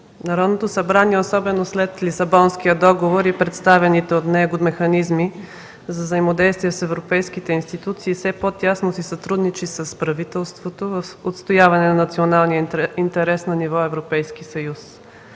Народното събрание, особено след Лисабонския договор и представените от него механизми за взаимодействие с европейските институции, все по-тясно си сътрудничи с правителството в отстояване на националния интерес на ниво Европейски съюз.